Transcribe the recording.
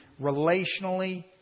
relationally